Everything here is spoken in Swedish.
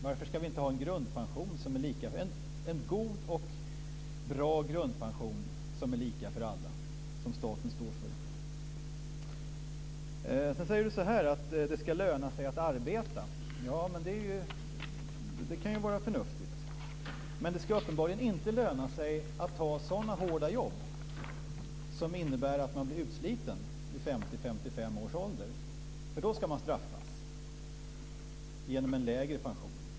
Varför ska vi inte ha en god och bra grundpension som är lika för alla och som staten står för? Sedan säger Bo Könberg att det ska löna sig att arbeta. Det kan ju vara förnuftigt. Men det ska uppenbarligen inte löna sig att ta sådana hårda jobb som innebär att man blir utsliten vid 50-55 års ålder. Då ska man straffas genom en lägre pension.